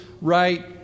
right